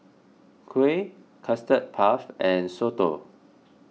Kuih Custard Puff and Soto